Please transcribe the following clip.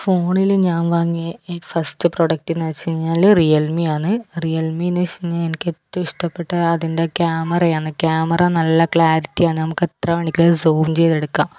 ഫോണില് ഞാൻ വാങ്ങിയ ഫസ്റ്റ് പ്രോഡക്ട്ട് എന്ന് വച്ചു കഴിഞ്ഞാല് റിയൽമീ ആണ് റിയൽ മീ എന്ന് വച്ചുകഴിഞ്ഞാൽ എനിക്ക് ഏറ്റവും ഇഷ്ടപ്പെട്ട അതിൻ്റെ ക്യാമറയാണ് ക്യാമറ നല്ല ക്ലാരിറ്റിയാണ് നമുക്ക് എത്ര വേണമെങ്കിലും സൂം ചെയ്തെടുക്കാം